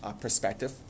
perspective